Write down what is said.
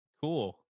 Cool